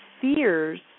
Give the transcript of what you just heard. fears